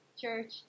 church